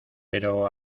pero